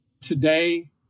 today